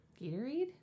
gatorade